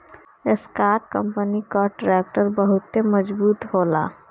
Escort company कअ tractor बहुते मजबूत होला